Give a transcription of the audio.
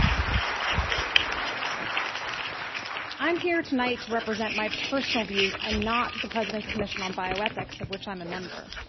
um here tonight to represent my personal views, and not the president's commission onbioethics of which i am a member,